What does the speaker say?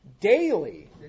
daily